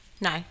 No